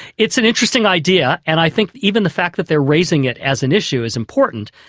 it's an interesting idea and i think even the fact that they are raising it as an issue is important.